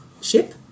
ship